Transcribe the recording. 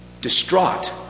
Distraught